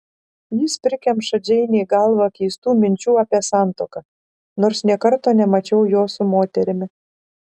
jis prikemša džeinei galvą keistų minčių apie santuoką nors nė karto nemačiau jo su moterimi